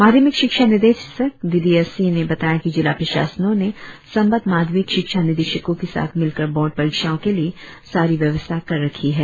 माध्यमिक शिक्षा निदेशक डी डी एस ई ने बताया की जिला प्रशासनों ने संबद्ध माध्यमिक शिक्षा निदेशको के साथ मिलकर बोर्ड परिक्षाओ के लिए सारी व्यवस्था कर रखी है